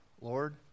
Lord